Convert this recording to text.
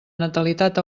natalitat